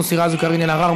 מוסי רז וקארין אלהרר.